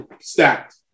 stacked